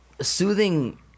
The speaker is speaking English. soothing